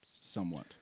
Somewhat